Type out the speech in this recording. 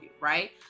right